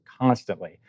constantly